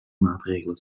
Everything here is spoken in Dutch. maatregelen